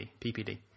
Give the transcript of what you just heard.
PPD